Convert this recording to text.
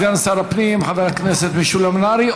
סגן שר הפנים חבר הכנסת משולם נהרי.